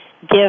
give